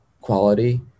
quality